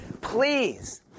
Please